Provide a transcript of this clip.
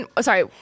Sorry